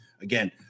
Again